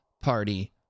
party